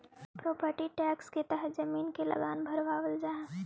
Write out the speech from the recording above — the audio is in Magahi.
प्रोपर्टी टैक्स के तहत जमीन के लगान भरवावल जा हई